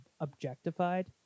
objectified